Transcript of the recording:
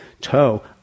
toe